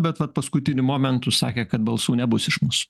bet vat paskutiniu momentu sakė kad balsų nebus iš mūsų